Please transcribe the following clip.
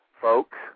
folks